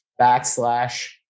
backslash